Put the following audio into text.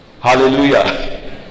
Hallelujah